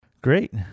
Great